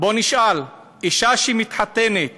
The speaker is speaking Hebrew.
בואו נשאל: אישה שמתחתנת